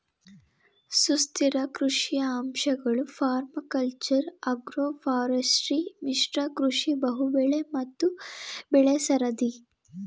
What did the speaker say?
ಸುಸ್ಥಿರ ಕೃಷಿಯ ಅಂಶಗಳು ಪರ್ಮಾಕಲ್ಚರ್ ಅಗ್ರೋಫಾರೆಸ್ಟ್ರಿ ಮಿಶ್ರ ಕೃಷಿ ಬಹುಬೆಳೆ ಮತ್ತು ಬೆಳೆಸರದಿ